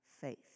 faith